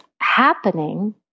happening